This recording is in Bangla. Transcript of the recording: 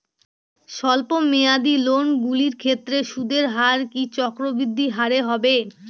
স্বল্প মেয়াদী লোনগুলির ক্ষেত্রে সুদের হার কি চক্রবৃদ্ধি হারে হবে?